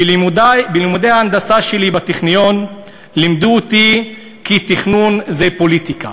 בלימודי ההנדסה שלי בטכניון לימדו אותי כי תכנון זה פוליטיקה.